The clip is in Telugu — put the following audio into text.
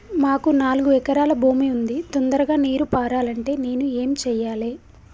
మాకు నాలుగు ఎకరాల భూమి ఉంది, తొందరగా నీరు పారాలంటే నేను ఏం చెయ్యాలే?